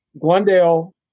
Glendale